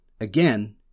again